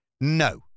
No